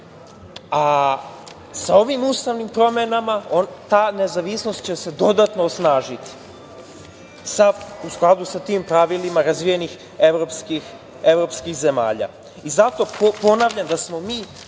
a sa ovim ustavnim promenama ta nezavisnost će se dodatno osnažiti, u skladu sa tim pravilima razvijenih evropskih zemalja. Zato ponavljam da smo mi